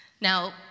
Now